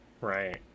Right